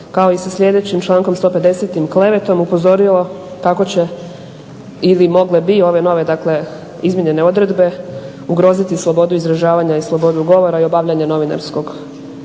kao i sa sljedećim člankom 150. klevetom upozorio kako će ili mogle bi ove nove izmijenjene odredbe ugroziti slobodu izražavanja i slobodu govora i obavljanje novinarskog